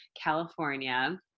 California